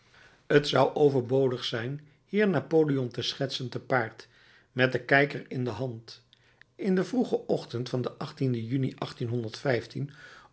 t zou overbodig zijn hier napoleon te schetsen te paard met den kijker in de hand in den vroegen ochtend van den juni